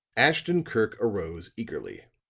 ashton-kirk arose eagerly.